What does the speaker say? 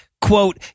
quote